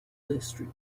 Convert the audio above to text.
district